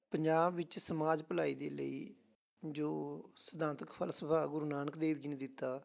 ਪੰਜਾਬ ਵਿੱਚ ਸਮਾਜ ਭਲਾਈ ਦੇ ਲਈ ਜੋ ਸਿਧਾਂਤਕ ਫਲਸਫ਼ਾ ਗੁਰੂ ਨਾਨਕ ਦੇਵ ਜੀ ਨੇ ਦਿੱਤਾ